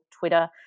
Twitter